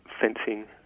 fencing